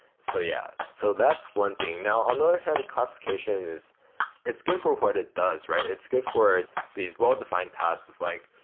so yeah, so that's one thing. now, on the other hand, classification, it's good for what it does, right? it's good for these well defined tasks of like,